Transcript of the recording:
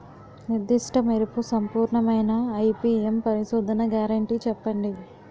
నిర్దిష్ట మెరుపు సంపూర్ణమైన ఐ.పీ.ఎం పరిశోధన గ్యారంటీ చెప్పండి?